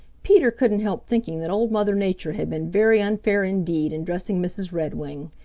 peter couldn't help thinking that old mother nature had been very unfair indeed in dressing mrs. redwing.